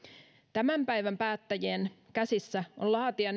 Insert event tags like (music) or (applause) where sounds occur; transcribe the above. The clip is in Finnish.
tämän päivän päättäjien käsissä on laatia (unintelligible)